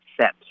set